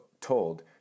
told